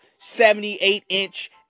78-inch